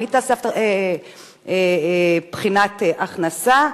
למי תיעשה בחינת הכנסה?